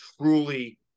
truly